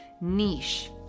niche